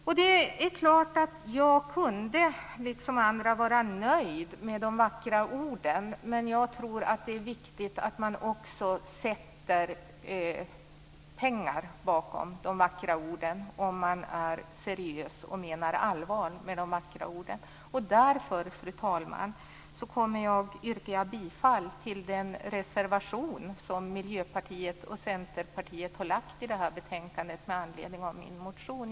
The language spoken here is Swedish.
Jag kunde naturligtvis liksom andra vara nöjd med de vackra orden, men om man är seriös och menar allvar med de vackra orden, är det viktigt att man också sätter pengar bakom dessa. Därför, fru talman, yrkar jag bifall till den reservation som Miljöpartiet och Centerpartiet har fogat vid betänkandet med anledning av min motion.